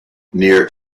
near